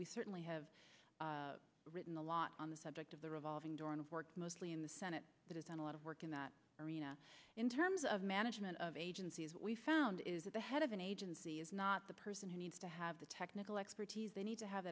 we certainly have written a lot on the subject of the revolving door of work mostly in the senate but it's not a lot of work in that arena in terms of management of agencies we found is that the head of an agency is not the person who needs to have the technical expertise they need to have